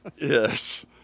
Yes